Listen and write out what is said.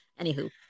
Anywho